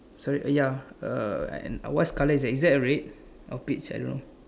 so ya uh and what's colour is that is that red or peach I don't know